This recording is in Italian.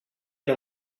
non